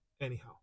anyhow